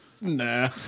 nah